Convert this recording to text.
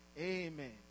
amen